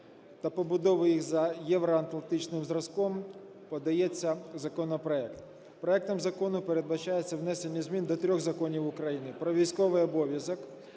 та побудови її за євроатлантичним зразком подається законопроект. Проектом закону передбачається внесення змін до трьох законів України: про військовий обов'язок,